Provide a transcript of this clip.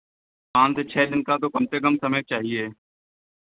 पाँच से छः दिन का तो कम से कम समय चाहिए